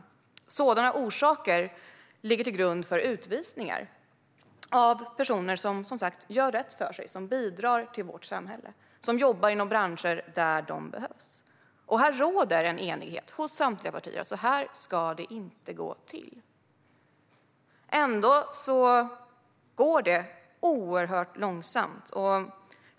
Sådana orsaker ligger till grund för utvisningar av personer som, som sagt, gör rätt för sig och bidrar till vårt samhälle och som jobbar inom branscher där de behövs. Det råder en enighet mellan samtliga partier om att det inte ska gå till så här. Ändå går det oerhört långsamt.